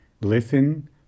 Listen